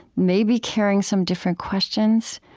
may be carrying some different questions.